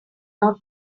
not